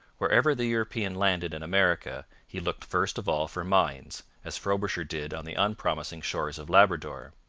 wherever the european landed in america he looked first of all for mines, as frobisher did on the unpromising shores of labrador.